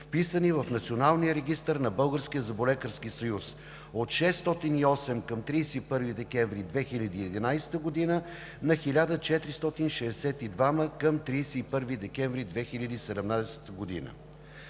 вписани в Националния регистър на Българския зъболекарски съюз – от 608 към 31 декември 2011 г. на 1462 към 31 декември 2017 г.